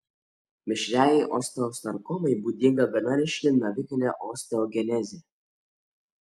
mišriajai osteosarkomai būdinga gana ryški navikinė osteogenezė